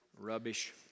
rubbish